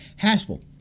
Haspel